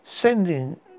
sending